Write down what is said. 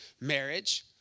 marriage